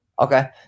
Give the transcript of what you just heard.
okay